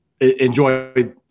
enjoy